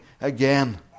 again